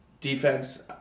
defense